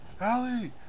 Allie